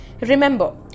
remember